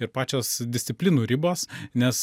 ir pačios disciplinų ribos nes